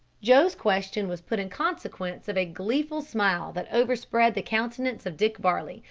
joe's question was put in consequence of a gleeful smile that overspread the countenance of dick varley,